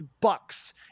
bucks